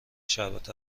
شربت